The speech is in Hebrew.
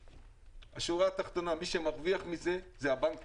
בשורה התחתונה, מי שמרוויח מזה זה הבנקים.